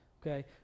Okay